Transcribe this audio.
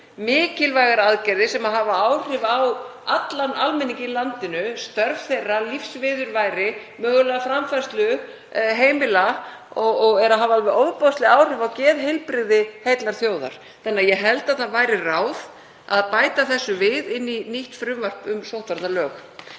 mikilvægar aðgerðir sem hafa áhrif á allan almenning í landinu, störf þeirra, lífsviðurværi, mögulega framfærslu heimila og hefur alveg ofboðsleg áhrif á geðheilbrigði heillar þjóðar. Ég held því að það væri ráð að bæta þessu við í nýtt frumvarp um sóttvarnalög.